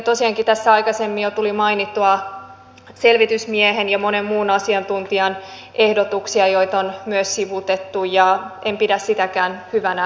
tosiaankin tässä aikaisemmin jo tuli mainittua selvitysmiehen ja monen muun asiantuntijan ehdotuksia joita on myös sivuutettu ja en pidä sitäkään hyvänä hallintona